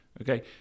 Okay